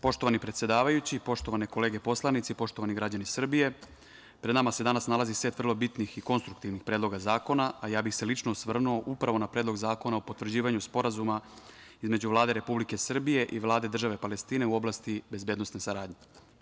Poštovani predsedavajući, poštovane kolege poslanici, poštovani građani Srbije, pred nama se danas nalazi set vrlo bitnih i konstruktivnih predloga zakona, a ja bih se lično osvrnuo upravo na Predlog zakona o potvrđivanju Sporazuma između Vlade Republike Srbije i Vlade države Palestine u oblasti bezbednosne saradnje.